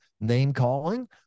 name-calling